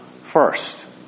First